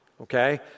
Okay